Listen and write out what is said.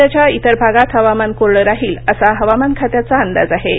राज्याच्या इतर भागात हवामान कोरडं राहील असा हवामान खात्याचा अंदाज आहे